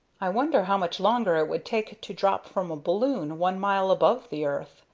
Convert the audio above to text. i wonder how much longer it would take to drop from a balloon one mile above the earth?